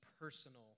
personal